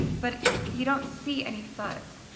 but you don't see any fuzz.